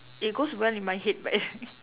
it goes well in my head but